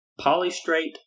polystrate